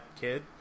kid